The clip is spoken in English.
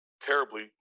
terribly